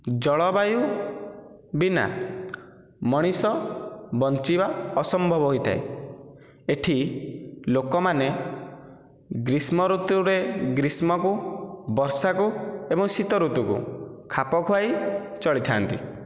ଜଳବାୟୁ ବିନା ମଣିଷ ବଞ୍ଚିବା ଅସମ୍ଭବ ହୋଇଥାଏ ଏଠି ଲୋକମାନେ ଗ୍ରୀଷ୍ମ ଋତୁରେ ଗ୍ରୀଷ୍ମକୁ ବର୍ଷାକୁ ଏବଂ ଶୀତ ଋତୁକୁ ଖାପ ଖୁଆଇ ଚଳିଥାନ୍ତି